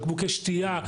בקבוקי שתייה,